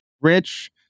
Rich